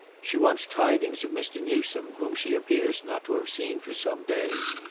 she wants tidings of mr. newsome, whom she appears not to have seen for some days.